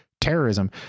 terrorism